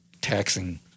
taxing